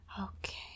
Okay